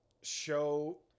show